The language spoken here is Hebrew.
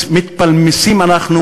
מתפלמסים אנחנו,